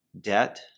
debt